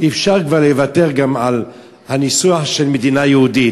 אפשר גם לוותר על הניסוח של מדינה יהודית.